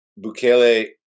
Bukele